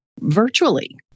virtually